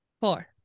Four